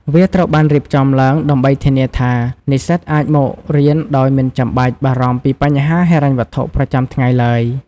វាត្រូវបានរៀបចំឡើងដើម្បីធានាថា និស្សិតអាចមករៀនដោយមិនចាំបាច់បារម្ភពីបញ្ហាហិរញ្ញវត្ថុប្រចាំថ្ងៃឡើយ។